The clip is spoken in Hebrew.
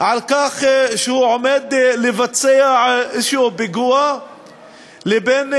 על כך שהוא עומד לבצע איזה פיגוע ולפוסט